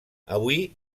avui